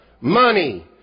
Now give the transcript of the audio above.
Money